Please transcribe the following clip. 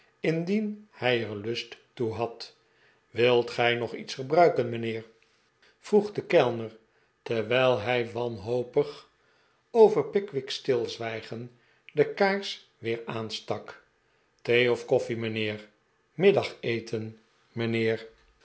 indien hij er lust toe had wilt gij nog iets gebruiken mijnheer vroeg de kellner terwijl hij wanhopig over pickwick's stilzwijgen de kaars weer aanstak thee of koffie mijnheer middageten